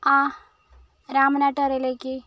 രാമനാട്ടുകരയിലേക്ക്